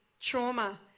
trauma